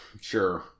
Sure